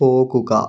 പോകുക